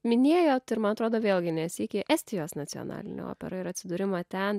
minėjot ir man atrodo vėlgi ne sykį estijos nacionalinę operą ir atsidūrimą ten